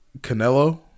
Canelo